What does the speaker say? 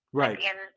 right